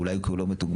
אולי כי הוא לא מתוגמל,